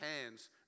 hands